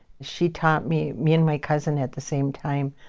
she taught me me and my cousin at the same time.